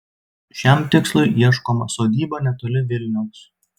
šiam tikslui ieškoma sodyba netoli vilniaus